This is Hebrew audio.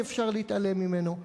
אי-אפשר להתעלם ממנו.